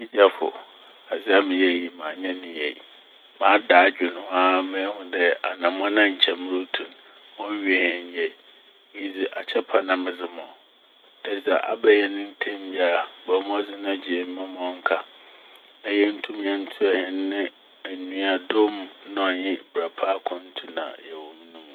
Me gyafo, adze a meyɛɛ yi mannyɛ ne yie. Mada adwen ho aa mehu dɛ anamɔn a nkyɛ murutu n' onnwie hɛn yie. Iyi dze akyɛpa na medze ma wo dɛ dza aba hɛn ntamu biara bɔ mbɔdzen na gyae mu ma ɔnka. Na yentum yɛntoa hɛn ne enuadɔ mu na ɔnye ɔbra pa akwantu na yɛwɔ mu no mu no.